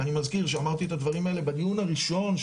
אני מזכיר שאמרתי את הדברים האלה בדיון הראשון,